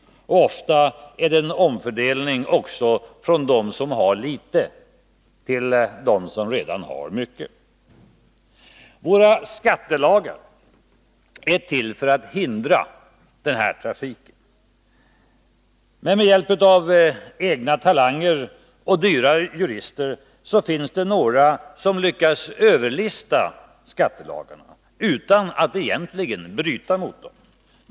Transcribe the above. Ofta är det också en omfördelning från dem som har litet till dem som redan har mycket. Våra skattelagar är till för att hindra den trafiken. Men med hjälp av egna talanger och dyra jurister finns det några som lyckas överlista skattelagarna utan att egentligen bryta mot dem.